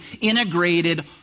integrated